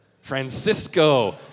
Francisco